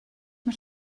mae